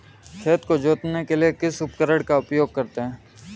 खेत को जोतने के लिए किस उपकरण का उपयोग करते हैं?